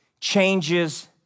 changes